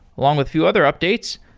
along with few other updates.